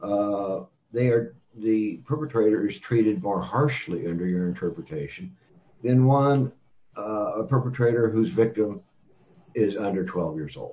her they are the perpetrators d treated more harshly under your interpretation then one perpetrator whose victim is under twelve years old